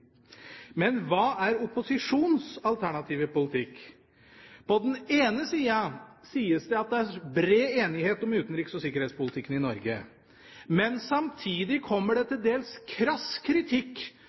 Men hva er opposisjonens alternative politikk? På den ene sida sies det at det er bred enighet om utenriks- og sikkerhetspolitikken i Norge. Men samtidig kommer det